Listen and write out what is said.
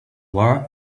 war